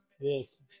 yes